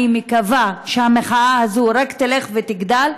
אני מקווה שהמחאה הזאת רק תלך ותגדל,